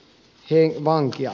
heitä vankia